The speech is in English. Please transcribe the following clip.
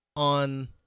On